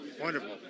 Wonderful